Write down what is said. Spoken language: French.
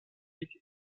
était